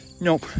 nope